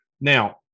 Now